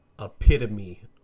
epitome